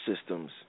systems